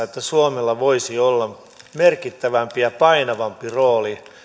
että suomella voisi olla merkittävämpi ja painavampi rooli